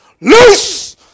loose